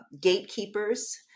gatekeepers